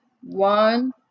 One